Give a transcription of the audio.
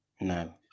No